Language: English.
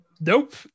Nope